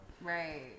Right